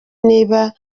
niba